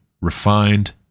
refined